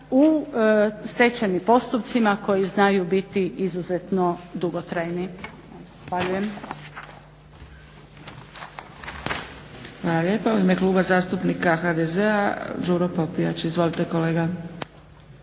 u stečajnim postupcima koji znaju biti izuzetno dugotrajni. Zahvaljujem.